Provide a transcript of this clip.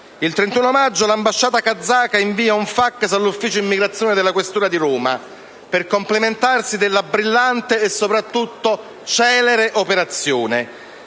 Il 31 maggio l'ambasciata kazaka invia un fax all'ufficio immigrazione della questura di Roma per complimentarsi della brillante e soprattutto celere operazione.